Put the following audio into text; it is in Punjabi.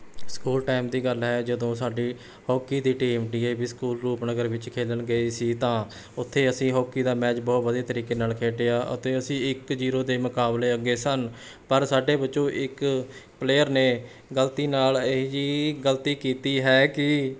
ਸਕੂਲ ਟਾਈਮ ਦੀ ਗੱਲ ਹੈ ਜਦੋਂ ਸਾਡੀ ਹੋਕੀ ਦੀ team D A V school Rupnagar ਵਿੱਚ ਖੇਲਣ ਗਏ ਸੀ ਤਾਂ ਉੱਥੇ ਅਸੀਂ ਹੋਕੀ ਦਾ ਮੈਚ ਬਹੁਤ ਵਧੀਆ ਤਰੀਕੇ ਨਾਲ ਖੇਡਿਆ ਅਤੇ ਅਸੀਂ ਇੱਕ ਜ਼ੀਰੋ ਦੇ ਮੁਕਾਬਲੇ ਅੱਗੇ ਸਨ ਪਰ ਸਾਡੇ ਵਿੱਚੋਂ ਇੱਕ ਪਲੇਅਰ ਨੇ ਗਲਤੀ ਨਾਲ ਇਹੋ ਜਿਹੀ ਗਲਤੀ ਕੀਤੀ ਹੈ ਕਿ